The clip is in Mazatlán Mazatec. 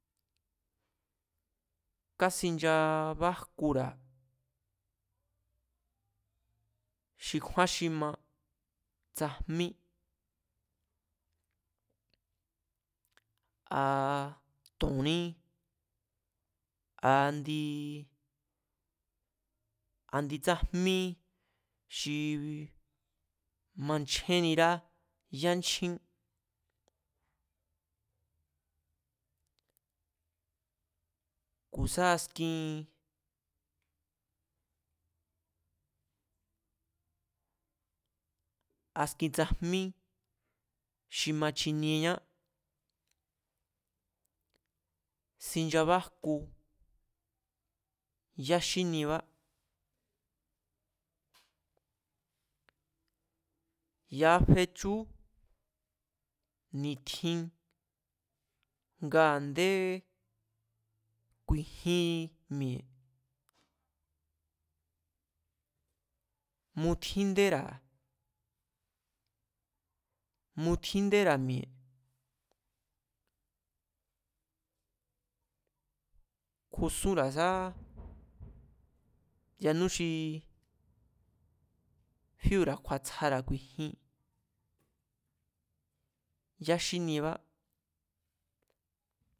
Kaxinchabájkura̱ xikjúán xima tsajmí, a to̱nní, a indii. a̱nditsajmí xi manchjennira yánchjín, ku̱ sá askin, askin tsajmí xi machinieñá, xinchabájku yá xíniebá. Ya̱a fechú ni̱tjin nga a̱ndé ku̱i̱jin mi̱e̱ mutjíndéra̱, mutjíndéra̱ mi̱e̱, kjusúnra̱ sáá yanú xi fíóo̱ra̱ kju̱a̱tsjara̱ ku̱i̱jin yaxíniebá